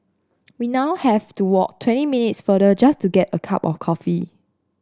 we now have to walk twenty minutes farther just to get a cup of coffee